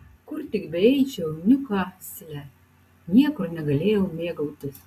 kur tik beeičiau niukasle niekur negalėjau mėgautis